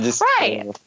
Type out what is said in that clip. Right